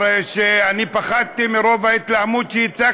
עברו עשר דקות.